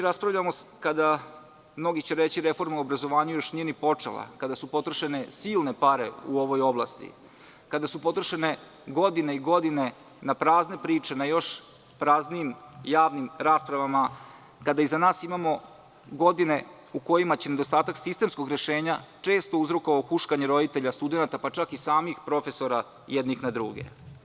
Raspravljamo kada, mnogi će reći, reforma o obrazovanju nije počela, kada su potrošene silne pare u ovoj oblasti, kada su potrošene godine i godine na prazne priče na još praznijim javnim raspravama, kada iza nas imamo godine u kojima će nedostatak sistemskog rešenja često uzrokovan huškanjem roditelja i studenata pa čak i samih profesora jednih na druge.